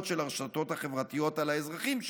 של הרשתות החברתיות על האזרחים שלה.